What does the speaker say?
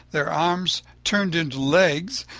their arms turned into legs,